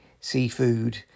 seafood